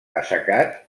assecat